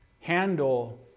handle